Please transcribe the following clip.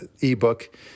ebook